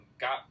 got